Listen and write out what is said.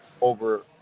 over